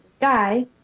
guy